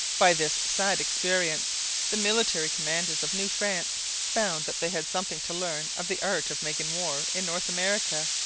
by this sad experience the military commanders of new france found that they had something to learn of the art of making war in north america,